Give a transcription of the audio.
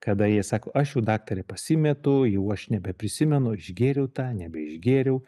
kada jie sako aš jau daktare pasimetu jau aš nebeprisimenu išgėriau tą nebeišgėriau